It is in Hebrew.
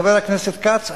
חבר הכנסת כץ,